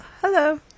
hello